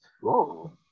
Whoa